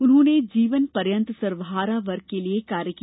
उन्होंने जीवन पर्यन्त सर्वहारा वर्ग के लिए कार्य किया